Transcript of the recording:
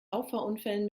auffahrunfällen